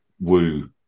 Woo